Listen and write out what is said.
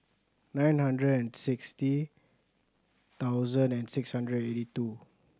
nine hundred and sixty thousand and six hundred eighty two